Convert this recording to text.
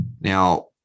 Now